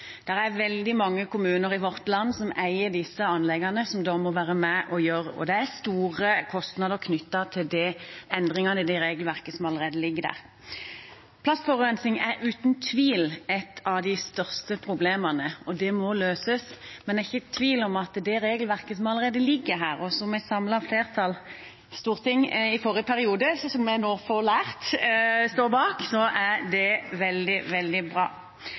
er veldig mange kommuner i vårt land som eier disse anleggene, og som da må være med på det. Det er store kostnader knyttet til endringene i det regelverket som allerede ligger der. Plastforurensning er uten tvil et av de største problemene, og det må løses, men er ikke tvil om at det regelverket som allerede ligger her, og som et samlet storting i forrige periode sto bak, som vi nå har lært, er veldig, veldig bra.